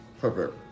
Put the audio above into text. Perfect